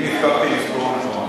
אם הספקתי לספור נכון.